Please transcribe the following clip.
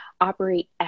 operate